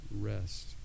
rest